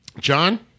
John